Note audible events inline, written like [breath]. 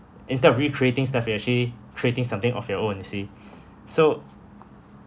instead of recreating stuff you actually creating something of your own you see [breath] so